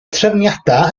trefniadau